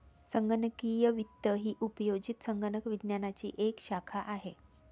संगणकीय वित्त ही उपयोजित संगणक विज्ञानाची एक शाखा आहे